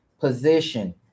position